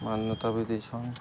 ମାନ୍ୟତା ବି ଦେଇଛନ୍